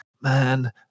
man